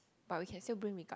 but we can still bring regardless